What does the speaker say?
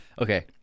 Okay